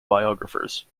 biographers